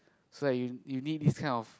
so that you you need this kind of